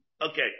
Okay